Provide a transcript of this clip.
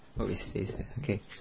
Okay